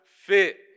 fit